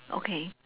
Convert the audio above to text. okay